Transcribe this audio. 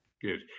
Good